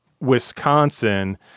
wisconsin